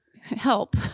help